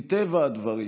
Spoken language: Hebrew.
מטבע הדברים,